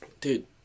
Dude